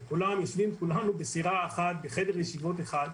יושבים כולנו בחדר ישיבות אחד.